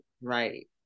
Right